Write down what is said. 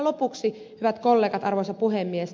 lopuksi hyvät kollegat arvoisa puhemies